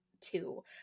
two